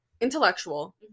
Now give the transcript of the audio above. intellectual